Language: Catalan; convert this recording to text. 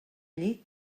llit